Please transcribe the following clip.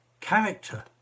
Character